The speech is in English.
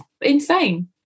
insane